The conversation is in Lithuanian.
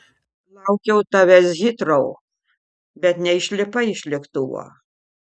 laukiau tavęs hitrou bet neišlipai iš lėktuvo